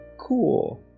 cool